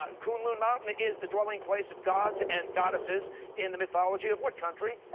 ah kunlun mountain is the dwelling place of gods and goddesses in the mythology of what country?